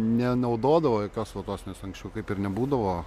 nenaudodavo jokios vatos nes anksčiau kaip ir nebūdavo